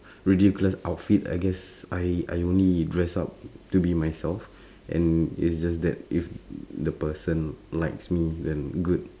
ridiculous outfit I guess I I only dress up to be myself and it's just that if the person likes me then good